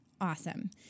Awesome